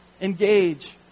Engage